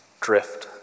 drift